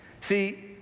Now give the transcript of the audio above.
See